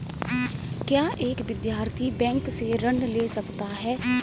क्या एक विद्यार्थी बैंक से ऋण ले सकता है?